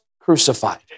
crucified